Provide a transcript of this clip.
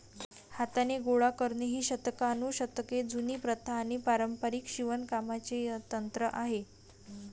हाताने गोळा करणे ही शतकानुशतके जुनी प्रथा आणि पारंपारिक शिवणकामाचे तंत्र आहे